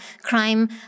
crime